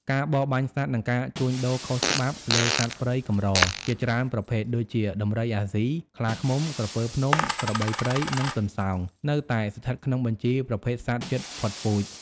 ការបរបាញ់សត្វ និងការជួញដូរខុសច្បាប់លើសត្វព្រៃកម្រជាច្រើនប្រភេទ ដូចជា ដំរីអាស៊ី ខ្លាឃ្មុំ ក្រពើភ្នំ ក្របីព្រៃ និងទន្សោង នៅតែស្ថិតក្នុងបញ្ជីប្រភេទសត្វជិតផុតពូជ។